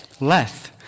less